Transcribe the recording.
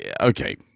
Okay